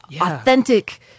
authentic